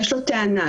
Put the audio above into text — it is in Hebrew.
יש לו טענה,